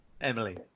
Emily